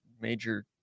major